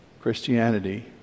Christianity